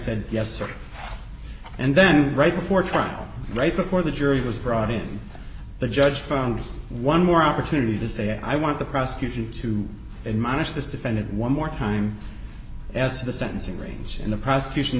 said yes sir and then right before trial right before the jury was brought in the judge found one more opportunity to say i want the prosecution to admonish this defendant one more time as to the sentencing range and the prosecution